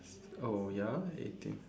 oh ya eighteen